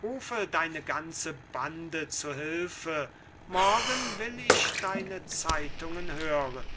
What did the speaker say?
rufe deine ganze bande zu hülfe morgen will ich deine zeitungen hören